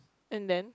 and then